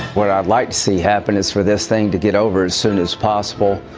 what i'd like to see happen is for this thing to get over as soon as possible.